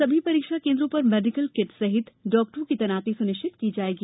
सभी परीक्षा केन्द्रों पर मेडीकल किट सहित डाक्टरों की तैनाती सुनिश्चित की जाएगी